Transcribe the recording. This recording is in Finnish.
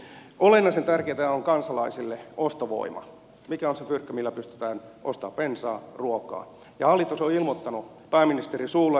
olennaisen tärkeätä on kansalaisille ostovoima mikä on se fyrkka millä pystytään ostamaan bensaa ruokaa ja hallitus on ilmoittanut pääministerin suulla että ostovoimaa lisätään